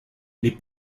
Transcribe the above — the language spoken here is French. les